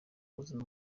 buzima